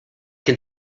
can